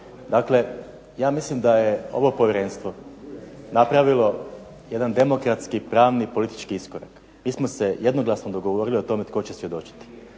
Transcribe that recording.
Dakle, ja mislim da je ovo povjerenstvo napravilo jedan demokratski, pravni i politički iskorak. Mi smo se jednoglasno dogovorili o tome tko će svjedočiti.